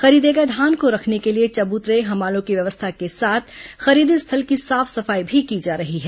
खरीदे गए धान को रखने के लिए चबूतरे हमालों की व्यवस्था के साथ खरीदी स्थल की साफ सफाई भी की जा रही है